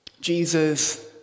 Jesus